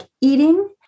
eating